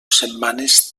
setmanes